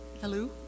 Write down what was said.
Hello